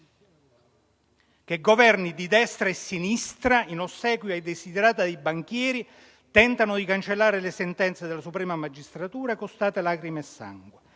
che Governi, di destra e di sinistra, in ossequio ai *desiderata* dei banchieri, tentano di cancellare le sentenze della Suprema magistratura, costate lacrime e sangue.